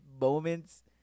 moments